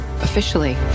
Officially